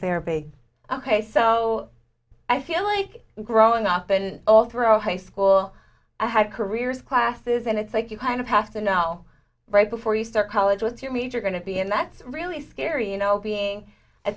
therapy ok so i feel like growing up and all throughout high school i had careers classes and it's like you kind of have to know right before you start college what's your major going to be and that's really scary you know being a